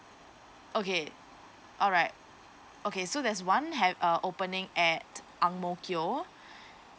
okay alright okay so there's one have uh opening at ang mo kio